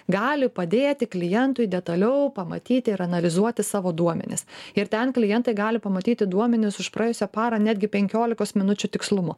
gali padėti klientui detaliau pamatyti ir analizuoti savo duomenis ir ten klientai gali pamatyti duomenis už praėjusią parą netgi penkiolikos minučių tikslumu